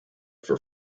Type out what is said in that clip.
for